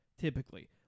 typically